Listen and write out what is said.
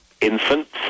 infants